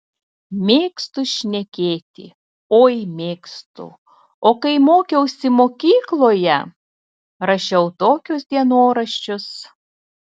mėgstu šnekėti oi mėgstu o kai mokiausi mokykloje rašiau tokius dienoraščius